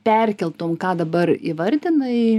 perkeltum ką dabar įvardinai